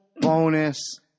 bonus